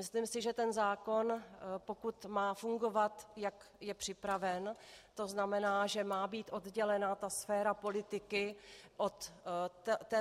Myslím si, že ten zákon, pokud má fungovat, jak je připraven, to znamená, že má být oddělena sféra politiky od